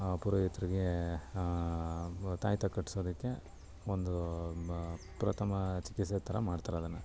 ಆ ಪುರೋಹಿತರಿಗೆ ತಾಯತ ಕಟ್ಟಿಸೋದಕ್ಕೆ ಒಂದು ಮ ಪ್ರಥಮ ಚಿಕಿತ್ಸೆ ಥರ ಮಾಡ್ತಾರೆ ಅದನ್ನು